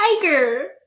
tiger